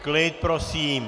Klid prosím.